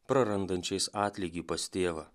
prarandančiais atlygį pas tėvą